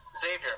Xavier